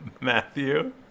Matthew